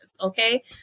okay